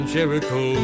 Jericho